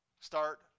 start